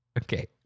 Okay